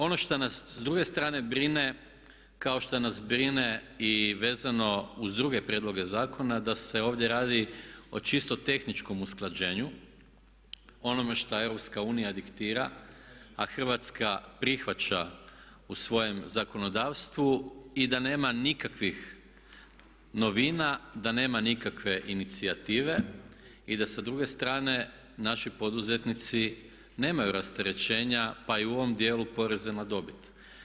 Ono što nas s druge strne brine kao što nas brine i vezano uz druge prijedloge zakona da se ovdje radi o čisto tehničkom usklađenju, onome što EU diktira a Hrvatska prihvaća u svojem zakonodavstvu i da nema nikakvih novina, da nema nikakve inicijative i da sa druge strane naši poduzetnici nemaju rasterećenja pa i u ovom djelu poreza na dobit.